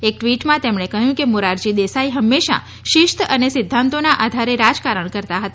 એક ટવીટમાં તેમણે કહ્યું કે મોરારજી દેસાઇ હંમેશા શિસ્ત અને સિધ્ધાંતોના આધારે રાજકારણ કરતા હતા